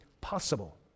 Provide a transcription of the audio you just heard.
possible